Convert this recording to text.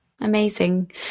amazing